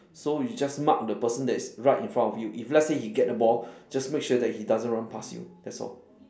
so you just mark the person that is right in front of you if let's say he get the ball just make sure that he doesn't run pass you that's all